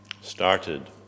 started